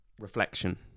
Reflection